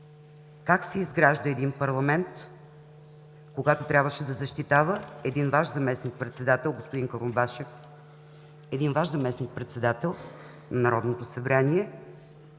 как се изгражда един парламент, когато трябваше да защитава един Ваш заместник-председател – господин Курумбашев, заместник-председател на Народното събрание,